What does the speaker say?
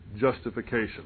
justification